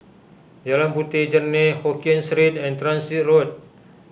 Jalan Puteh Jerneh Hokkien Street and Transit Road